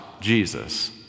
Jesus